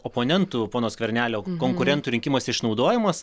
oponentų pono skvernelio konkurentų rinkimuose išnaudojamas